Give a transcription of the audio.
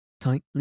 tightly